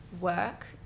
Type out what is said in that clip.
work